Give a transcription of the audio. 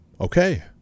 Okay